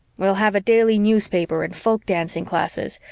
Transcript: we'll have a daily newspaper and folk-dancing classes,